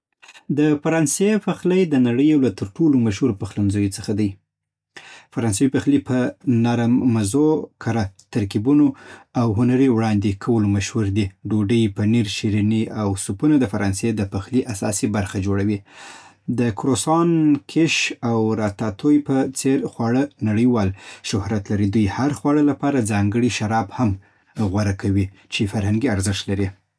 د فرانسې پخلی د نړۍ یو له تر ټولو مشهورو پخلنځیو څخه دی. فرانسوي پخلی په نرم مزو، کره ترکیبونو او هنري وړاندې کولو مشهور دی. ډوډۍ، پنیر، شریني او سوپونه د فرانسې د پخلي اساسي برخې جوړوي. د کروسان، کیش او راتاتوی په څېر خواړه نړیوال شهرت لري. دوی د هر خواړه لپاره ځانګړی شراب هم غوره کوي، چې فرهنګي ارزښت لري